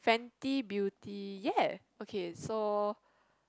Fenti Beauty yeah okay so